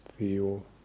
Feel